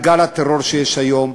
לגל הטרור שיש היום.